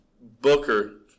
Booker